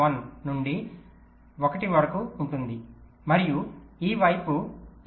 1 minus 1 నుండి 1 వరకు ఉంటుంది మరియు ఈ వైపు 3